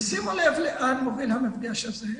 שימו לב לאן מוביל המפגש הזה.